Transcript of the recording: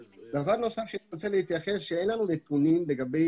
דבר נוסף שאני רוצה להתייחס אליו הוא שאין לנו נתונים לגבי